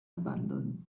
abandoned